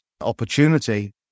opportunity